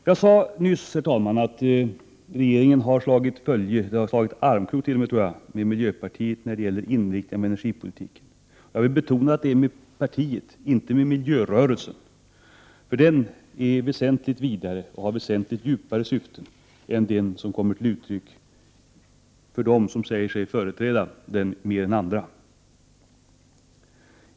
Jag sade nyss, herr talman, att regeringen har slagit armkrok med miljöpartiet när det gäller inriktningen av energipolitiken. Jag vill betona att det är med partiet och inte med miljörörelsen, eftersom den har vidare och väsentligt djupare syften än dem som kommer till uttryck från de personer som här säger sig vara dess företrädare mer än andra.